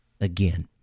again